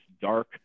dark